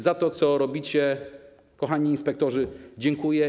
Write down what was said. Za to, co robicie, kochani inspektorzy, dziękuję.